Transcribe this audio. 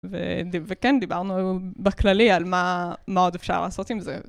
וכן, דיברנו בכללי על מה עוד אפשר לעשות עם זה.